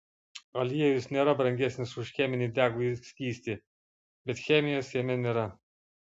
aliejus nėra brangesnis už cheminį degųjį skystį bet chemijos jame nėra